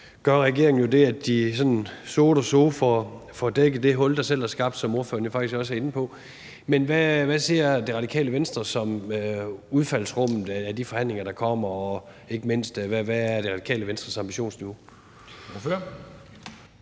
gør regeringen det, at de sådan so oder so får dækket det hul, der er skabt, som ordføreren jo faktisk også er inde på. Men hvad siger Radikale Venstre om udfaldsrummet af de forhandlinger, der kommer, og ikke mindst, hvad er Radikale Venstres ambitionsniveau? Kl.